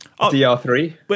DR3